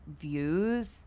views